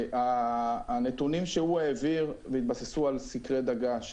הנתונים שהוא העביר והתבססו על סקרי דגה,